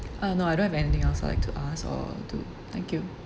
uh no I don't have anything else I'd like to ask or to thank you